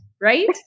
right